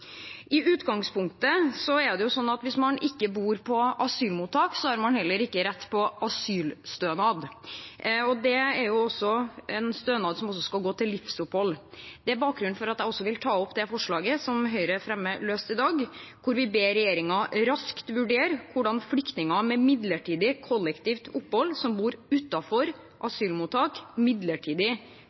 I utgangspunktet er det sånn at hvis man ikke bor på asylmottak, har man heller ikke rett på asylstønad. Det er en stønad som skal gå til livsopphold. Det er bakgrunnen for at jeg herved tar opp det løse forslaget som Høyre fremmer i dag, hvor vi ber regjeringen raskt vurdere hvordan flyktninger med midlertidig kollektivt opphold som bor utenfor asylmottak, midlertidig